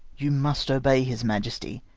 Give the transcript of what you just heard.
you must obey his majesty,